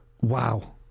Wow